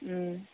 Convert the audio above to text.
ᱦᱮᱸ